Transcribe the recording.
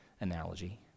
analogy